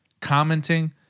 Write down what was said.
Commenting